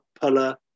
puller